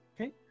Okay